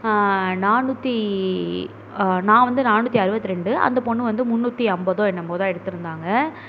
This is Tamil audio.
நானூற்றி நான் வந்து நானூற்றி அறுபத்தி ரெண்டு அந்த பொண்ணு வந்து முந்நூற்றி ஐம்பதோ என்னமோ தான் எடுத்திருந்தாங்க